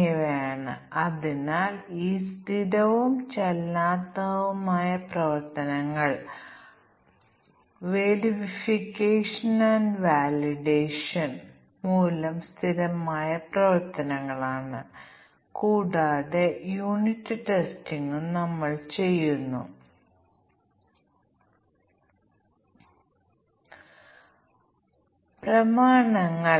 ഇവിടെയും ഉണ്ടെന്ന് നമുക്ക് അനുമാനിക്കാം ഈ 3 ന് 10 മൂല്യങ്ങൾ മാത്രമേ ഉള്ളൂ എന്ന് നമുക്ക് അനുമാനിക്കാം ലാളിത്യത്തിന് ഇവിടെ കൂടുതൽ ഉണ്ട് നമുക്ക് 10 വീതം അനുമാനിക്കാം